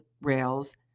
rails